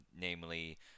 Namely